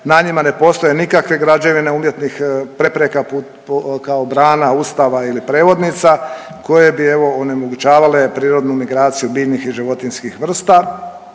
na njima ne postoje nikakve građevine umjetnih prepreka kao brana, ustava ili prevodnica koje bi evo, onemogućavale prirodnu migraciju biljnih i životinjskih vrsta.